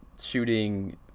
shooting